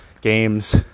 games